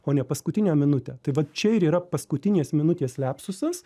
o ne paskutinę minutę tai vat čia ir yra paskutinės minutės liapsusas